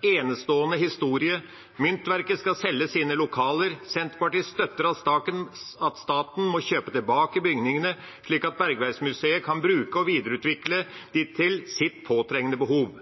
enestående historie. Myntverket skal selge sine lokaler. Senterpartiet støtter at staten må kjøpe tilbake bygningene, slik at Bergverksmuseet kan bruke og videreutvikle dem til sitt påtrengende behov.